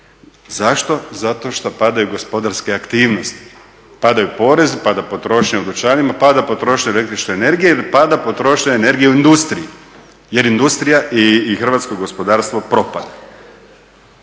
Zašto? Zato što padaju gospodarske aktivnosti, pada porez, pada potrošnja u dućanima, pada potrošnja el.energije i pada potrošnja energije u industrija jer industrija i hrvatsko gospodarstvo propada.